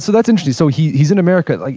so that's interesting. so he's he's in america, like